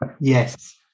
yes